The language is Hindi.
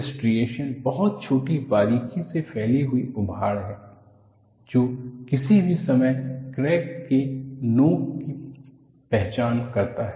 स्ट्रिएशनस बहुत छोटी बारीकी से फैली हुई उभाड़ हैं जो किसी भी समय क्रैक के नोक की पहचान करता हैं